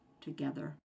together